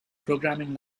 programming